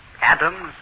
Adams